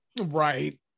right